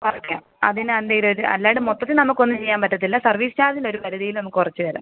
കുറയ്ക്കാം അതിന് എന്തേലു ഒര് അല്ലാണ്ട് മൊത്തത്തിൽ നമുക്കൊന്നും ചെയ്യാൻ പറ്റത്തില്ല സർവീസ് ചാർജിലൊരു പരിധിയിൽ നമുക്ക് കുറച്ച് തരാം